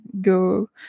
go